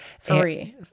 three